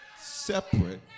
separate